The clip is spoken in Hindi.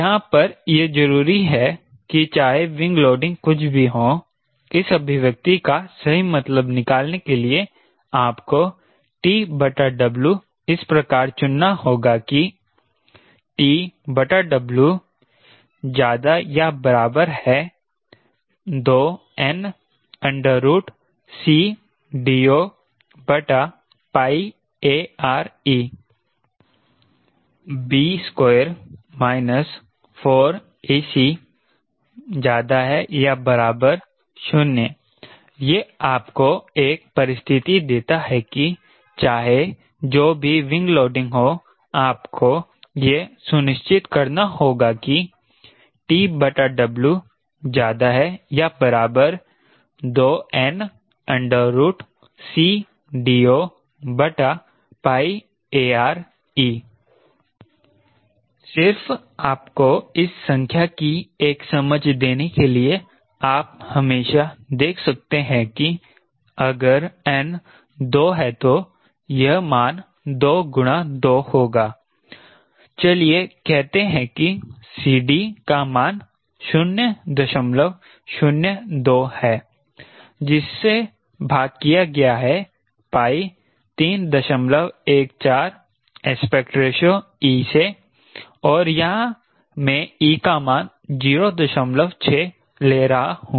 यहाँ पर यह जरूरी है कि चाहे विंग लोडिंग कुछ भी हो इस अभिव्यक्ति का सही मतलब निकालने के लिए आपको TW इस प्रकार चुनना होगा कि TW 2nCDOARe B2 − 4𝐴𝐶 0 यह आपको एक परिस्थिति देता है कि चाहे जो भी विंग लोडिंग हो आपको यह सुनिश्चित करना होगा कि TW 2nCDOARe सिर्फ आपको इस संख्या की एक समझ देने के लिए आप हमेशा देख सकते हैं कि अगर n 2 है तो यह मान 2 गुणा 2 होगा चलिए कहते हैं कि CD का मान 002 है जिसे भाग किया गया है π 314 एस्पेक्ट रेशो e से और यहां मे e का मान 06 ले रहा हूं